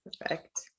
perfect